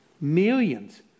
Millions